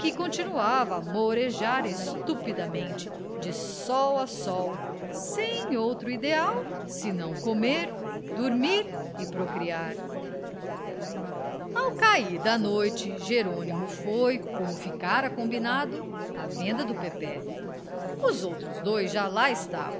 continuava a mourejar estupidamente de sol a sol sem outro ideal senão comer dormir e procriar ao cair da noite jerônimo foi como ficara combinado à venda do pepé os outros dois já lá estavam